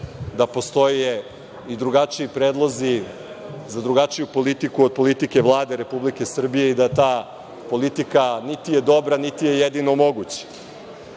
da postoje i drugačiji predlozi za drugačiju politiku od politike Vlade Republike Srbije i da ta politika niti je dobra, niti je jedina moguća. Ovaj